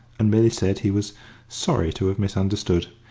and merely said he was sorry to have misunderstood.